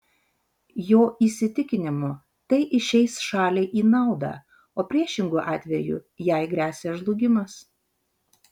jo įsitikinimu tai išeis šaliai į naudą o priešingu atveju jai gresia žlugimas